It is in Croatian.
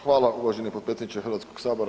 Hvala uvaženi potpredsjedniče Hrvatskog sabora.